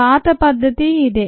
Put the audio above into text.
పాత పద్ధతి ఇదే